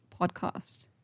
podcast